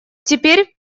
теперь